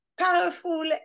powerful